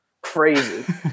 crazy